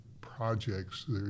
projects